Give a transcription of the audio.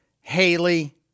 Haley